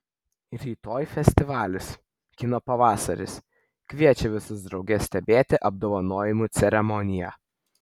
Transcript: rytoj festivalis kino pavasaris kviečia visus drauge stebėti apdovanojimų ceremoniją